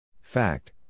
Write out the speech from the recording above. Fact